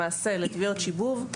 למעשה, לתביעות שיבוב,